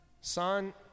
Son